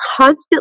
constantly